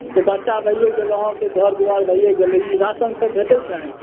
तबच्चा भये गेल अहाँके घर दुआरि भये गेलै ई राशन सभ भेटै छै